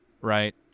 right